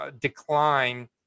decline